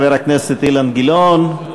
חבר הכנסת אילן גילאון,